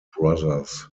brothers